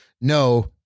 no